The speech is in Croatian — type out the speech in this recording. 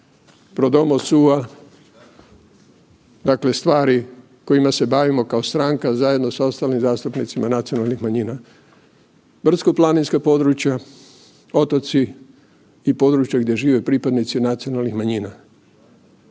pro domo sua dakle stvari kojima se bavimo kao stranka zajedno sa ostalim zastupnicima nacionalnih manjina, brdsko-planinska područja, otoci i područja gdje žive pripadnici nacionalnih manjina,